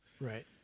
Right